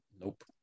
Nope